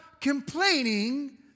complaining